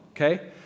okay